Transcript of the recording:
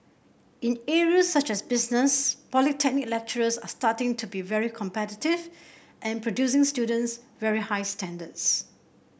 in areas such as business polytechnic lecturers are starting to be very competitive and producing students very high standards